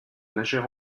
nager